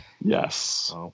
Yes